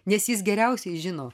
nes jis geriausiai žino